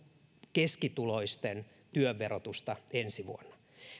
keskituloisten työn verotusta ensi vuonna